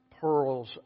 pearls